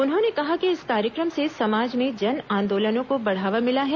उन्होंने कहा कि इस कार्यक्रम से समाज में जन आंदोलनों को बढ़ावा मिला है